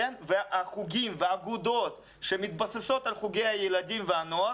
והחוגים והאגודות שמתבססות על חוגי הילדים והנוער,